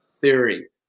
theory